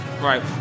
Right